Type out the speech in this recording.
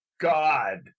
God